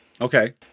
Okay